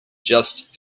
just